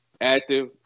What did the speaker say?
active